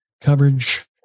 coverage